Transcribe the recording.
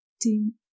team